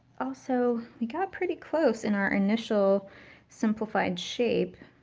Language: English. also, we got pretty close in our initial simplified shape.